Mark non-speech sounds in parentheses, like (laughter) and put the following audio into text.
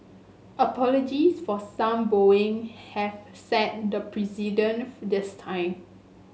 apologies for some bowing have set the precedent (unintelligible) this time